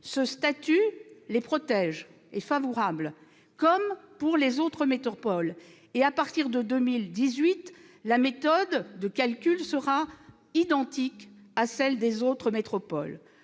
ce statut les protège et leur est favorable, comme il protège les autres métropoles. À partir de 2018, la méthode de calcul sera identique à celle utilisée pour les autres métropoles.